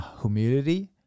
humility